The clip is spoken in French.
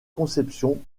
conception